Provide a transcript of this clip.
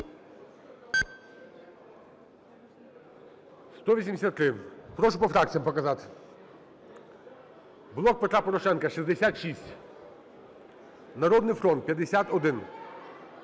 За-183 Прошу по фракціям показати. "Блок Петра Порошенка" – 66, "Народний фронт" –